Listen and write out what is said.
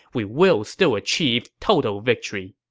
we will still achieve total victory.